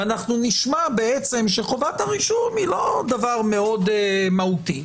ואנחנו נשמע שחובת הרישום היא לא דבר מאוד מהותי,